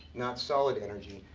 not solid energy.